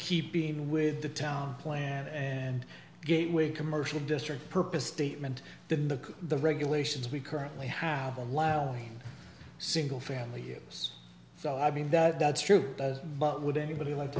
keeping with the town plan and gateway commercial district purpose statement than the the regulations we currently have allowed in single family years so i mean that that's true but would anybody like